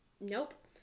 Nope